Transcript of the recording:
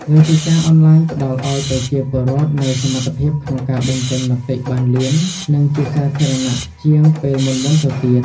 វេទិកាអនឡាញផ្តល់ឱ្យប្រជាពលរដ្ឋនូវសមត្ថភាពក្នុងការបញ្ចេញមតិបានលឿន និងជាសាធារណៈជាងពេលមុនៗទៅទៀត។